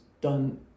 done